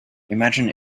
imagine